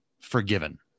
forgiven